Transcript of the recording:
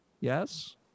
Yes